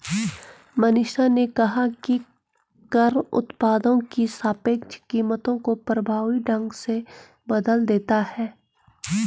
मनीषा ने कहा कि कर उत्पादों की सापेक्ष कीमतों को प्रभावी ढंग से बदल देता है